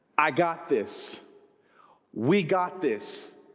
i got this we got this